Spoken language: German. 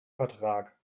vertrag